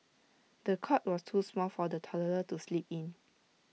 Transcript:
the cot was too small for the toddler to sleep in